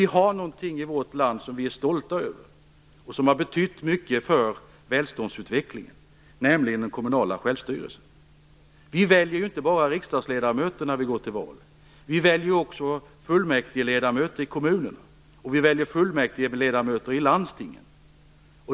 Vi har något att vara stolta över i vårt land, något som har betytt mycket för välståndsutvecklingen, nämligen den kommunala självstyrelsen. Vi väljer ju inte bara riksdagsledamöter när vi går till val. Vi väljer också fullmäktigeledamöter i kommunerna och fullmäktigeledamöter i landstingen.